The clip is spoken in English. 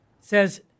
says